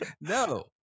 No